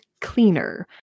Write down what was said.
cleaner